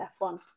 F1